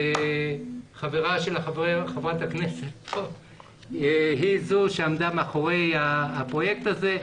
חברה של חברת הכנסת היא זו שעמדה מאחורי הפרויקט הזה.